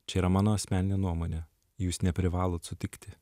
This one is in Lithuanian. čia yra mano asmeninė nuomonė jūs neprivalot sutikti